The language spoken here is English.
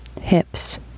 hips